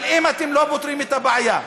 אבל אם אתם לא פותרים את הבעיה,